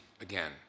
again